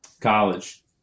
College